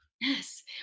Yes